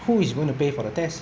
who is going to pay for the test